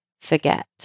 forget